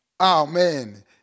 Amen